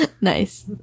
nice